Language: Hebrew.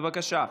בבקשה.